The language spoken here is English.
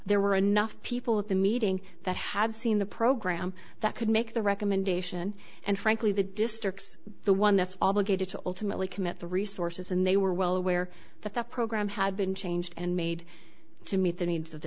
there were enough people at the meeting that had seen the program that could make the recommendation and frankly the districts the one that's obligated to ultimately commit the resources and they were well aware that the program had been changed and made to meet the needs of the